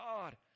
God